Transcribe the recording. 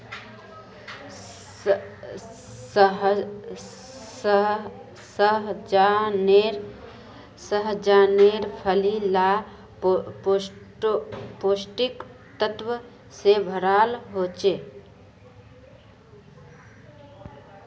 सह्जानेर फली ला पौष्टिक तत्वों से भराल होचे